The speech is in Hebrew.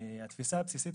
התפיסה הבסיסית היא,